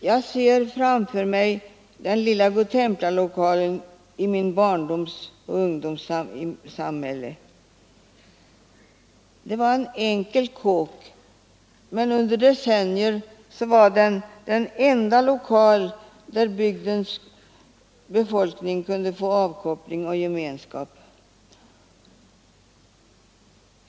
Jag ser framför mig den lilla godtemplarlokalen i min barndoms och ungdoms samhälle. Det var en enkel kåk, men under decennier var den den enda lokal där bygdens befolkning kunde få avkoppling och gemenskap.